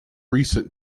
recent